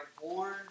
born